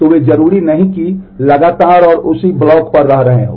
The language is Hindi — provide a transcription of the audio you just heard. तो वे जरूरी नहीं कि लगातार और उसी ब्लॉक पर रह रहे हों